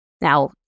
Now